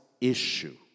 issue